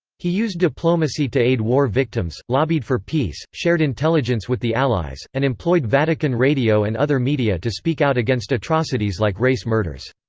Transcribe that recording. he used diplomacy to aid war victims, lobbied for peace, shared intelligence with the allies, and employed vatican radio and other media to speak out against atrocities like race murders.